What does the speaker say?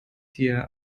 hier